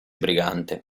brigante